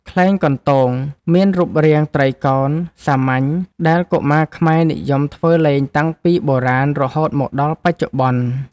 ខ្លែងកន្ទោង មានរូបរាងត្រីកោណសាមញ្ញ ដែលកុមារខ្មែរនិយមធ្វើលេងតាំងពីបុរាណរហូតមកដល់បច្ចុប្បន្ន។